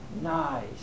nice